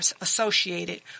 associated